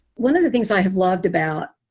one of the things i have loved about